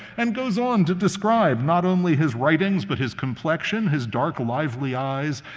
and goes on to describe not only his writings, but his complexion, his dark, lively eyes,